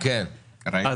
עד